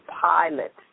pilot